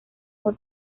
fue